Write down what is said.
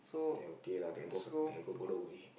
ya okay lah can go for can go bedok only